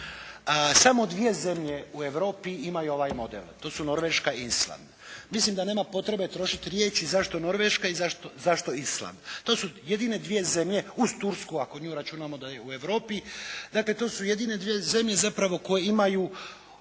samo dvije zemlje u Europi imaju ovaj model. To su Norveška i Island. Mislim da nema potrebe trošiti riječi zašto Norveška i zašto Island. To su jedine dvije zemlje, uz Tursku ako nju računamo da je u Europi, dakle to su jedine dvije zemlje zapravo koje imaju